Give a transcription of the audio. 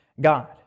God